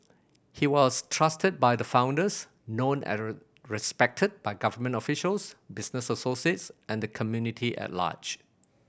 he was trusted by the founders known and respected by government officials business associates and community at large